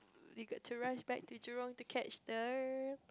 you got to rush back to Jurong to catch the